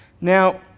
Now